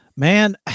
Man